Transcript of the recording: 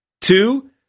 Two